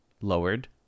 lowered